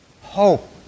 Hope